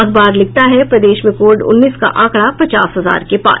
अखबार लिखता है प्रदेश में कोविड उन्नीस का आंकड़ा पचास हजार के पार